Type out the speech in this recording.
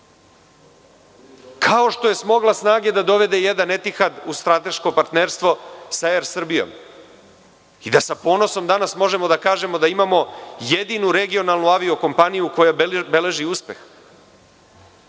kao što je smogla snage da dovede jedan „Etihad“ za strateško partnerstvo sa „ER Srbijom“ i da sa ponosom danas možemo da kažemo da imamo jedinu regionalnu aviokompaniju koja beleži uspeh